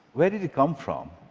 where did it come from?